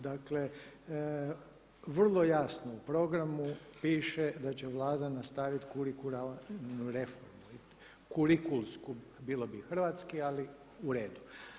Dakle, vrlo jasno u programu piše da će Vlada nastaviti kurikularnu reformu, kurikulsku bilo bi hrvatski ali uredu.